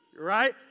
right